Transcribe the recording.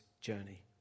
journey